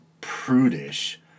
prudish